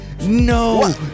no